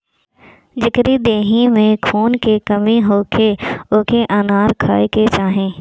जेकरी देहि में खून के कमी होखे ओके अनार खाए के चाही